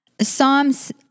Psalms